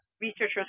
researchers